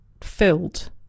filled